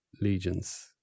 legions